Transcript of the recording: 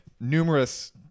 Numerous